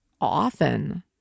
often